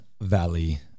Valley